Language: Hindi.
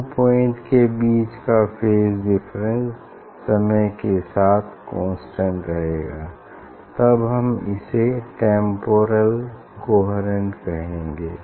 दो पॉइंट्स के बीच का फेज डिफरेंस समय के साथ कांस्टेंट रहेगा तब हम इसे टेम्पोरल कोहेरेंट कहेंगे